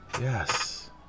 Yes